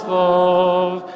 love